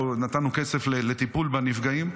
נתנו כסף לטיפול בנפגעים.